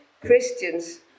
Christians